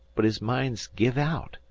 but his mind's give out.